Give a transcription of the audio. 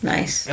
Nice